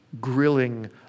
grilling